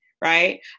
Right